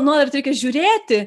nuolat reikia žiūrėti